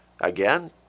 Again